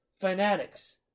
Fanatics